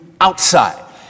outside